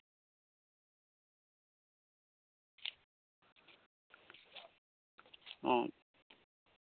ᱚ